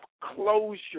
closure